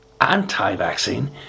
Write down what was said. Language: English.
anti-vaccine